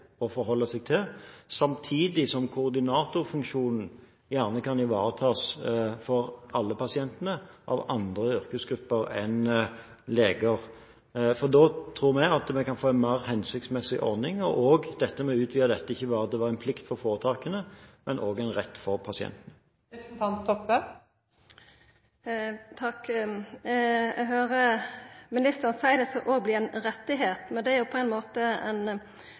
forholde seg til, samtidig som koordinatorfunksjonen for alle pasientene gjerne kan ivaretas av andre yrkesgrupper enn leger. Da tror vi vi kan få en mer hensiktsmessig ordning og utvide dette til ikke bare å være en plikt for foretakene, men også en rett for pasienten. Takk. Eg høyrer ministeren seia det òg skal verta ei rettigheit, men det er på ein måte